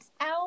out